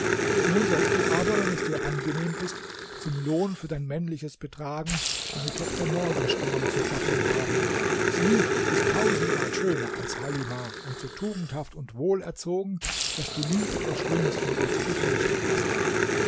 nun sollst du aber wenn es dir angenehm ist zum lohn für dein männliches betragen meine tochter morgenstern zur gattin haben sie ist tausendmal schöner als halimah und so tugendhaft und wohlerzogen daß du nie etwas schlimmes von ihr zu befürchten hast